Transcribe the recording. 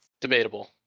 Debatable